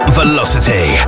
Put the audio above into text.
velocity